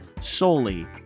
solely